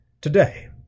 today